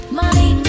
money